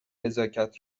نزاکت